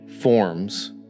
forms